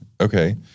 Okay